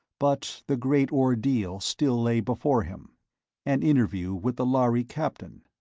but the great ordeal still lay before him an interview with the lhari captain.